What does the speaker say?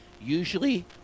usually